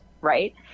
right